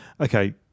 okay